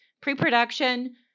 pre-production